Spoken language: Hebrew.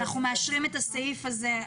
אנחנו מאשרים את הסעיף הזה,